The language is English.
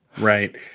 Right